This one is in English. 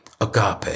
agape